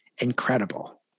incredible